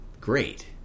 great